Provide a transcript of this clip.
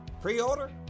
Pre-order